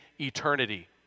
eternity